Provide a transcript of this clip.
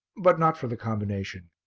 but not for the combination.